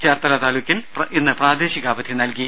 ചേർത്തല താലൂക്കിൽ ഇന്ന് പ്രാദേശിക അവധി നൽകി